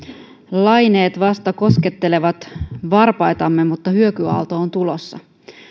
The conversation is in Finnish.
laineet vasta koskettelevat varpaitamme mutta hyökyaalto on tulossa